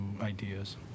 ideas